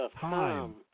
time